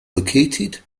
located